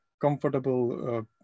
comfortable